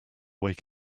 wake